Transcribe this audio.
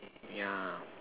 yeah